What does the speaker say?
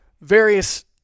Various